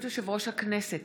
העשרים-ושלוש יום